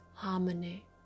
harmony